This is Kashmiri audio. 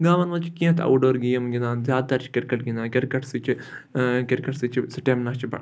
گامَن منٛز چھِ کینٛہہ تہِ آوُٹ ڈور گیم گِںٛدان زیادٕ تَر چھِ کِرکَٹ گِنٛدان کِرکٹ سۭتۍ چھُ کِرکَٹ سۭتۍ چھُ سٕٹیمنا چھِ بڑان